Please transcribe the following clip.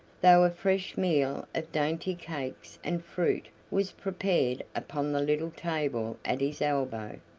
though a fresh meal of dainty cakes and fruit was prepared upon the little table at his elbow.